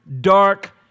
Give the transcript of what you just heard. dark